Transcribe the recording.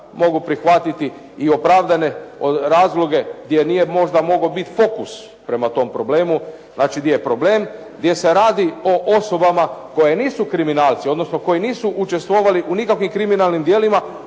mogu prihvatiti i opravdane razloge gdje nije možda mogao bit fokus prema tom problemu. Znači gdje je problem, gdje se radi o osobama koje nisu kriminalci, odnosno koje nisu učestvovale u nikakvim kriminalnim djelima